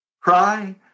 cry